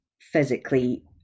physically